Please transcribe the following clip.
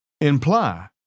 imply